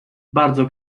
bardzo